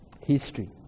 history